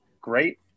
Great